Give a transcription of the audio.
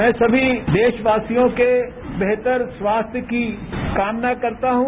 मैं सभी देशवासियों के बेहतर स्वास्थ्य की कामना करता हूं